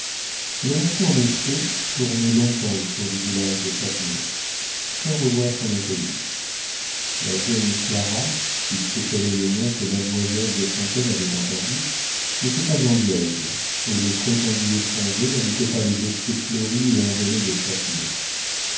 elle aurait pu en effet tourner longtemps autour du village de châtenay sans revoir son inconnu la jeune clara puisque tel est le nom que mademoiselle de fontaine avait entendu n'était pas anglaise et le prétendu étranger n'habitait pas les bosquets fleuris et embaumés de châtenay